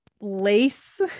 lace